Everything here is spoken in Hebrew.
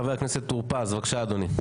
חבר הכנסת טור פז, בבקשה, אדוני.